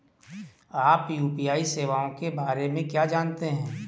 आप यू.पी.आई सेवाओं के बारे में क्या जानते हैं?